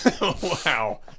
Wow